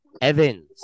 Evans